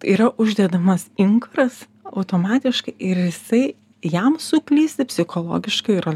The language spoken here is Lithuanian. yra uždedamas inkaras automatiškai ir jisai jam suklysti psichologiškai yra